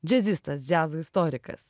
džezistas džiazo istorikas